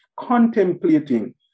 contemplating